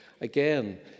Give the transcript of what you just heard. Again